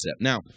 Now